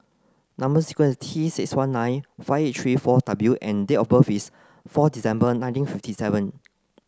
number sequence T six one nine five eight three four W and date of birth is four December nineteen fifty seven